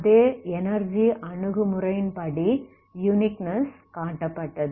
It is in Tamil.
அதே எனர்ஜி அணுகுமுறையின்படி யுனிக்னெஸ் காட்டப்பட்டது